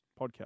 podcast